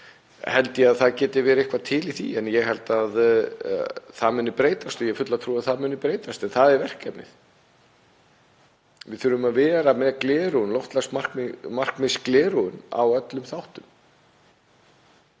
held ég að það geti verið eitthvað til í því. En ég held að það muni breytast og ég hef fulla trú á að það muni breytast. Það er verkefnið. Við þurfum að vera með þau gleraugu, loftslagsmarkmiðsgleraugun, á öllum þáttum.